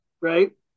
right